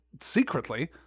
secretly